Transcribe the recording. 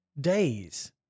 days